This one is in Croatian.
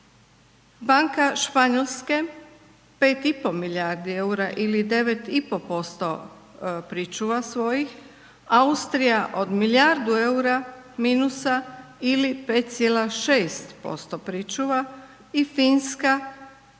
Banka Španjolske, 5,5 milijardi eura ili 9,5% pričuva svojih, Austrija od milijardu eura minusa ili 5,6% pričuva i Finska